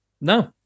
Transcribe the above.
no